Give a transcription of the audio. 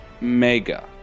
Mega